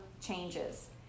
changes